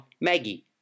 Maggie